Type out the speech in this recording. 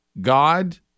God